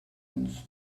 owns